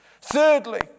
Thirdly